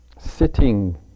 sitting